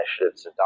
initiatives